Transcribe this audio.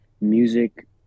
music